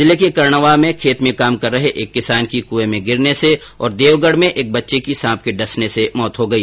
जिले के करणवा में खेत में काम कर रहे एक किसान की कूएं में गिरने से और देवगढ में एक बच्चे की सांप के डसने से मौत हो गई